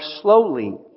slowly